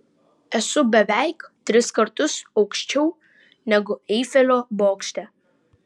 esu beveik tris kartus aukščiau negu eifelio bokšte